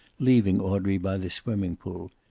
leaving audrey by the swimming-pool.